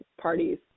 parties